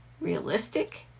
realistic